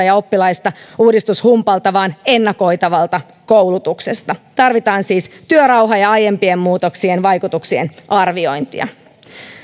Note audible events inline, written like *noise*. *unintelligible* ja oppilaista uudistushumpalta vaan ennakoitavalta koulutukselta tarvitaan siis työrauha ja aiempien muutoksien vaikutuksien arviointia